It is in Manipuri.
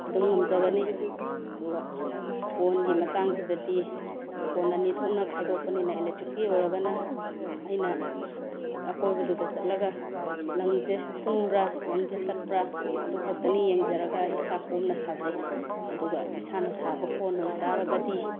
ꯑꯗꯨꯝ ꯉꯝꯖꯒꯅꯤ ꯑꯗꯨꯒ ꯀꯣꯟꯒꯤ ꯃꯇꯥꯡꯁꯤꯗꯗꯤ ꯀꯣꯟ ꯑꯅꯤ ꯊꯣꯛꯅ ꯈꯥꯏꯗꯣꯛꯄꯅꯤꯅ ꯑꯦꯂꯦꯛꯇ꯭ꯔꯤꯛꯀꯤ ꯑꯣꯏꯔꯒꯅ ꯑꯩꯅ ꯑꯀꯣꯏꯕꯗꯨꯗ ꯆꯠꯂꯒ ꯂꯪꯁꯦ ꯄꯨꯟꯕ꯭ꯔꯥ ꯂꯪꯁꯦ ꯇꯠꯄ꯭ꯔꯥ ꯑꯗꯨ ꯈꯛꯇꯅꯤ ꯌꯦꯡꯖꯔꯒ ꯏꯁꯥ ꯀꯣꯝꯅ ꯁꯥꯖꯩ ꯑꯗꯨꯒ ꯏꯁꯥꯅ ꯁꯥꯕ ꯀꯣꯟ ꯑꯣꯏꯇꯔꯒꯗꯤ